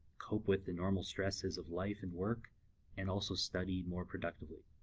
cope with the normal stresses of life, and work and also study more productively.